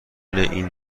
این